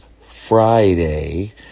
Friday